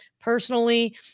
personally